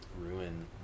ruin